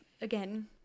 again